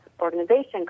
organization